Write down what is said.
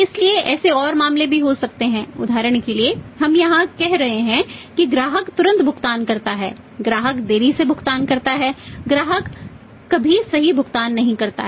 इसलिए ऐसे और मामले भी हो सकते हैं उदाहरण के लिए हम यहां कह रहे हैं कि ग्राहक तुरंत भुगतान करता है ग्राहक देरी से भुगतान करता है ग्राहक कभी सही भुगतान नहीं करता है